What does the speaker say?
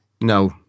No